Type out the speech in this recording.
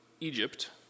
Egypt